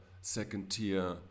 second-tier